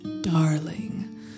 darling